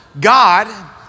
God